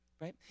right